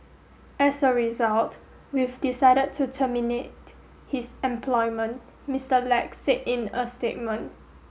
as a result we've decided to terminate his employment Mister Lack said in a statement